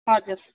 हजुर